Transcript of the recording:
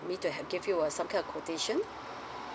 maybe to have give you uh so kind of quotation